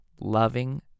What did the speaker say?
loving